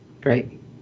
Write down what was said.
great